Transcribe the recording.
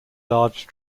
large